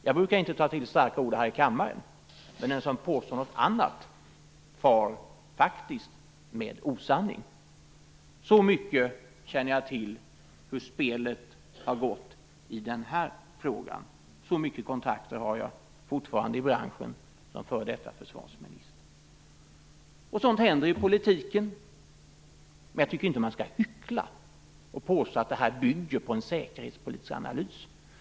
Jag brukar inte ta till starka ord här i kammaren, men den som påstår något annat far faktiskt med osanning. Så mycket känner jag till om hur spelet har gått till i denna fråga. Så många kontakter har jag fortfarande i branschen som f.d. försvarsminister. Sådant händer i politiken. Men jag tycker inte att man skall hyckla och påstå att detta bygger på en säkerhetspolitisk analys.